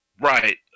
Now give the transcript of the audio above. right